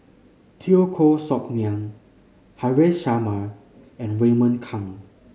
Teo Koh Sock Miang Haresh Sharma and Raymond Kang